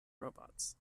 robots